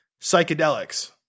psychedelics